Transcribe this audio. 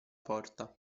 porta